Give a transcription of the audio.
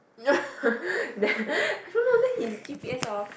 then no no then his g_p_s hor